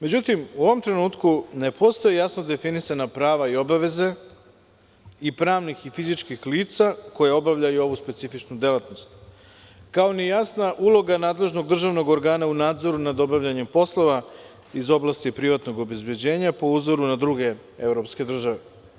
Međutim, u ovom trenutku ne postoje jasno definisana prava i obaveze i pravnih i fizičkih lica, koja obavljaju ovu specifičnu delatnost, kao ni jasna uloga nadležnog državnog organa u nadzoru nad obavljanjem poslova iz oblasti privatnog obezbeđenja, po uzoru na druge evropske države.